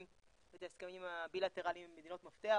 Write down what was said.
את ההסכמים הבילטרליים עם מדינות מפתח,